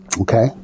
Okay